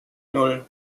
nan